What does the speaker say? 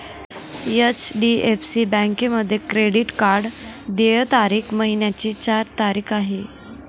HDFC बँकेमध्ये credit card देय तारीख महिन्याची चार तारीख आहे